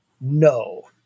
no